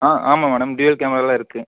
ஆ ஆமாம் madam dual கேமராலாம் இருக்கு